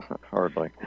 Hardly